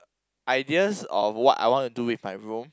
ideas of what I want to do with my room